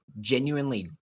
genuinely